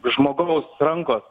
žmogaus rankos